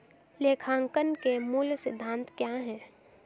लेखांकन के मूल सिद्धांत क्या हैं?